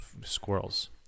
squirrels